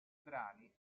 brani